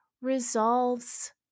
resolves